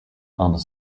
under